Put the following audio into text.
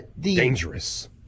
Dangerous